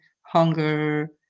hunger